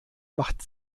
macht